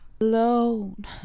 Alone